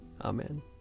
Amen